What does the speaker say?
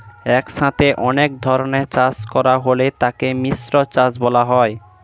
একসাথে অনেক ধরনের চাষ করা হলে তাকে মিশ্র চাষ বলা হয়